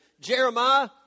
Jeremiah